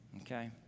Okay